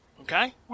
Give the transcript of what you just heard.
Okay